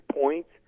points